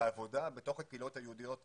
בעבודה בתוך הקהילות היהודיות בעולם.